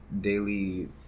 daily